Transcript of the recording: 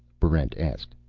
barrent asked.